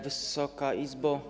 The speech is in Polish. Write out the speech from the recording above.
Wysoka Izbo!